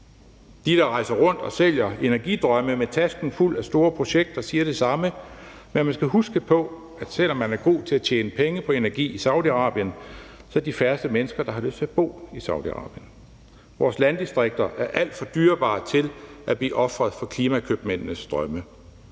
De, der rejser rundt og sælger energidrømme med tasken fuld af store projekter, siger det samme, men man skal huske på, at selv om man er god til at tjene penge på energi i Saudi-Arabien, er det de færreste mennesker, der har lyst til at bo i Saudi-Arabien. Vores landdistrikter er alt for dyrebare til at blive ofret for klimakøbmændenes drømme.